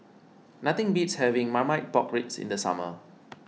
nothing beats having Marmite Pork Ribs in the summer